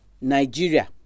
Nigeria